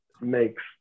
makes